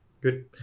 Good